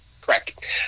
Correct